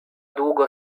długo